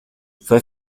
fue